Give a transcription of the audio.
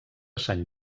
sant